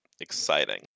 exciting